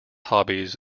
hobbies